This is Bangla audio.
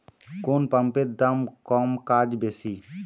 কোন পাম্পের দাম কম কাজ বেশি?